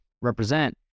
represent